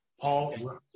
Paul